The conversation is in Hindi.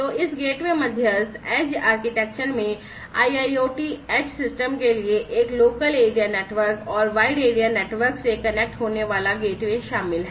तो इस गेटवे मध्यस्थ एज आर्किटेक्चर में IIoT एज सिस्टम के लिए एक लोकल एरिया नेटवर्क और वाइड एरिया नेटवर्क से कनेक्ट होने वाला गेटवे शामिल है